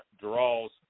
draws